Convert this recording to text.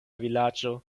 vilaĝo